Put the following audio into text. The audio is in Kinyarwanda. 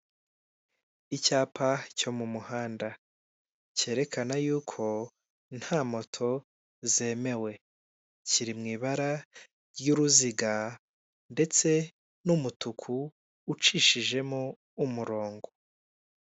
Icyapa cyo mu muhanda cyerekana yuko nta moto zemewe, kiri mu ibara ry'uruziga ndetse n'umutuku ucishijemo umurongo.